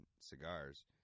cigars